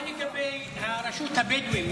מה לגבי רשות הבדואים?